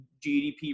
GDP